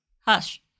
Hush